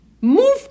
Move